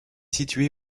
située